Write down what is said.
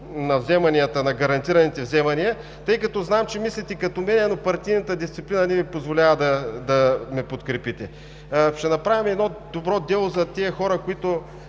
на гарантираните вземания, тъй като знам, че мислите като мен, но партийната дисциплина не Ви позволява да ме подкрепите. Ще направим едно добро дело за тези хора, които